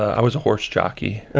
i was a horse jockey.